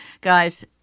Guys